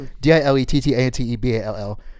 D-I-L-E-T-T-A-N-T-E-B-A-L-L